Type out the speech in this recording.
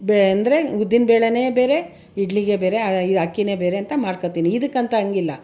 ಅಂದರೆ ಉದ್ದಿನಬೇಳೆನೇ ಬೇರೆ ಇಡ್ಲಿಗೆ ಬೇರೆ ಅಕ್ಕಿಯೇ ಬೇರೆ ಅಂತ ಮಾಡ್ಕೊಳ್ತೀನಿ ಇದಕ್ಕೆ ಅಂತ ಹಂಗಿಲ್ಲ